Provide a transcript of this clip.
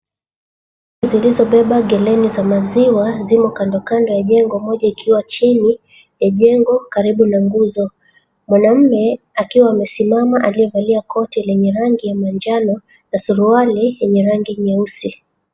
Zilizobeba geleni za maziwa zimo kandokando ya jengo, moja ikiwa chini ya jengo karibu na nguzo. Mwanamume akiwa amesimama aliyevalia koti lenye rangi ya manjano na suruali yenye rangi nyeusi.